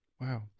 Wow